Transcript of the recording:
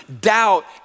doubt